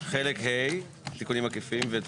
דיון בסעיפים 31-66